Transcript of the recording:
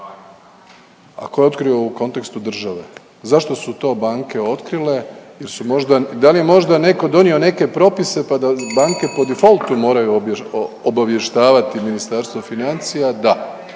A tko je otkrio u kontekstu države? Zašto su to banke otkrile? Jer su možda, da li je možda netko donio neke propise, pa da banke po defaultu moraju obavještavati Ministarstvo financija, da.